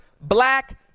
black